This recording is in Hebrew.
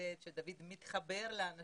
שמעודד אותי זה שדוד מתחבר לאנשים